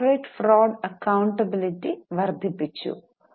corporate fraud accountability വർദ്ധിപ്പിച്ചു